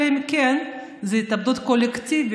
אלא אם כן זאת התאבדות קולקטיבית